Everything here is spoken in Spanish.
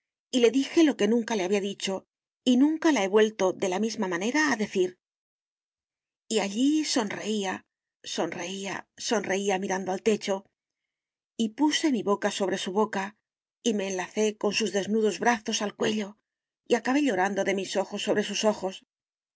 y le dije lo que nunca le había dicho y nunca la he vuelto de la misma manera a decir y allí sonreía sonreía sonreía mirando al techo y puse mi boca sobre su boca y me enlacé con sus desnudos brazos el cuello y acabé llorando de mis ojos sobre sus ojos